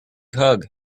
hug